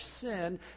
sin